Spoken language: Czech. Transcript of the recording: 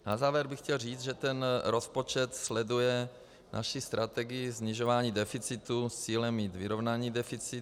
Na závěr bych chtěl říct, že ten rozpočet sleduje naši strategii snižování deficitu s cílem mít vyrovnaný deficit.